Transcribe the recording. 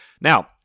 Now